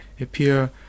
appear